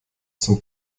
zum